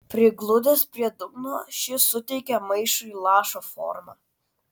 prigludęs prie dugno šis suteikė maišui lašo formą